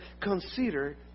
Consider